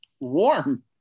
warm